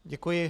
Děkuji.